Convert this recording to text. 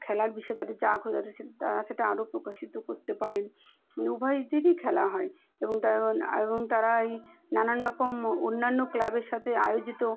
খেলার বিষয়ে তাদের যে আগ্রহ তাদের সে তারা সেটা আরও প্রকাশিত করতে পারেন উভয়দেরই খেলা হয় এবং তার মানে এবং তারা এই নানান রকম অন্যান্য ক্লাবের সাথে আয়োজিত